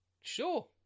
Sure